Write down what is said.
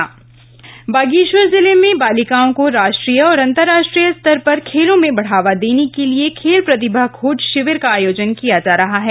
खेल प्रतिभा खोज शिविर बागेश्वर जिले में बालिकाओं को राष्ट्रीय और अंतरराष्ट्रीय स्तर पर खेलों में बढ़ावा देने के लिये खेल प्रतिभा खोज शिविर का आयोजन किया जा रहा है